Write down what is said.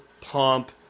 pump